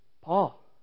Paul